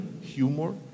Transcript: humor